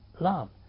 love